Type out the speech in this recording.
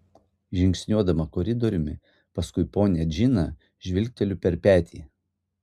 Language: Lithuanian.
žingsniuodama koridoriumi paskui ponią džiną žvilgteliu per petį